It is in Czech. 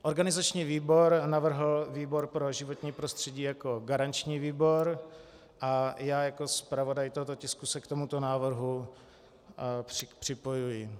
Organizační výbor navrhl výbor pro životní prostředí jako garanční výbor a já jako zpravodaj tohoto tisku se k tomuto návrhu připojuji.